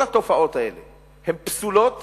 כל התופעות האלה פסולות